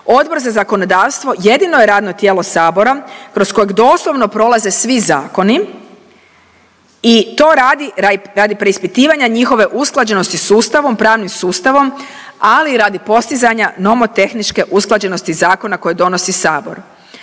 Odbor za zakonodavstvo jedino je radno tijelo Sabor kroz kojeg doslovno prolaze svi zakoni i to radi radi preispitivanja njihove usklađenosti s Ustavom, pravnim sustavom, ali i radi postizanja nomotehničke usklađenosti zakona koje donosi Sabor.